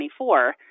2024